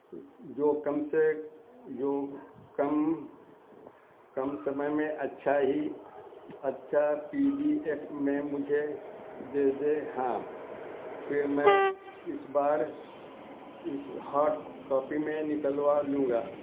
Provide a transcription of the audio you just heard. جو کم سے جو کم کم سمے میں اچھا ہی اچھا پی ڈی ایف میں مجھے دے دے ہاں پھر میں اس بار اس ہاڈ کاپی میں نکلوا لوں گا